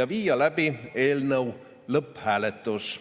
ja viia läbi eelnõu lõpphääletus.